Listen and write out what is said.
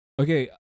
Okay